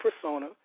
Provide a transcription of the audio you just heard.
persona